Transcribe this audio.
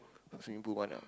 swimming pool one ah